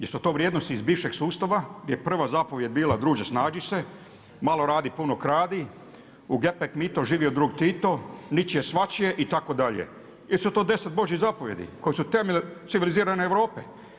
Jesu to vrijednosti iz bivšeg sustava gdje je prva zapovijed bila druže snađi se, malo radi, puno kradi, u gepek mito, živio drug Tito, ničije svačije itd. ili su to 10 Božjih zapovijedi koje su temelje civilizirane Europe?